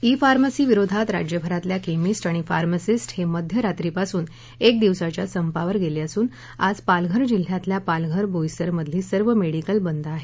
E pharmacy विरोधात राज्य भरातल्या केमिस्ट आणि फार्मसिस्ट हे मध्य रात्रीपासून एक दिवसाच्या संपावर गेले असून आज पालघर जिल्ह्यातल्या पालघर बोईसर मधली सर्व मेडिकल बंद आहेत